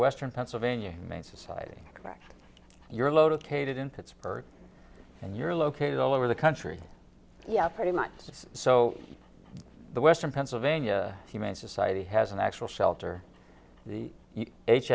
western pennsylvania man society where you're located in pittsburgh and you're located all over the country yeah pretty much so the western pennsylvania humane society has an actual shelter